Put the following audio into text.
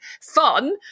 fun